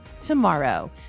tomorrow